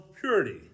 purity